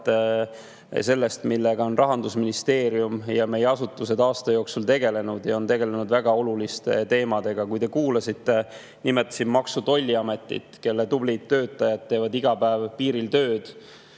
sellest, millega Rahandusministeerium ja meie asutused on aasta jooksul tegelenud – on tegelenud väga oluliste teemadega. Kui te kuulasite, [siis teate, et] ma nimetasin Maksu- ja Tolliametit, kelle tublid töötajad teevad iga päev piiril tööd,